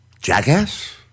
jackass